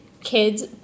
kids